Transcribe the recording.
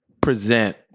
present